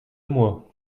moi